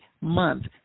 month